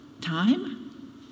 time